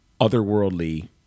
otherworldly